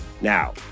Now